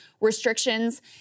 restrictions